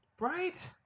Right